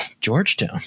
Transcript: Georgetown